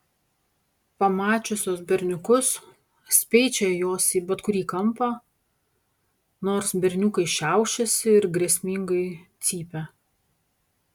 pamačiusios berniukus speičia jos į bet kurį kampą nors berniukai šiaušiasi ir grėsmingai cypia